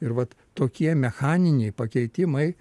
ir vat tokie mechaniniai pakeitimai